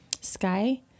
sky